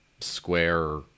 Square